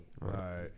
Right